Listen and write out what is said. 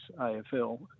AFL